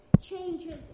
changes